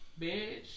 Bitch